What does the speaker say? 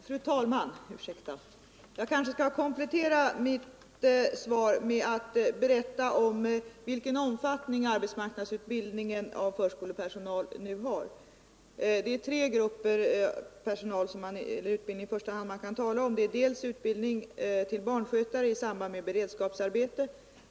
Fru talman! Jag kanske skall komplettera mitt svar med att berätta om vilken omfattning arbetsmarknadsutbildningen av förskolepersonal nu har. Det är tre utbildningar man i första hand kan tala om. Den första är utbildning till barnskötare i samband med beredskapsarbete.